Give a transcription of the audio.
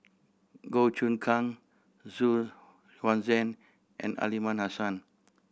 Goh Choon Kang Xu Yuan Zhen and Aliman Hassan